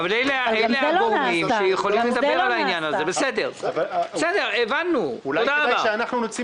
אדוני, כדאי להזמין